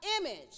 image